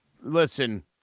Listen